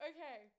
Okay